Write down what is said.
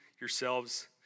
yourselves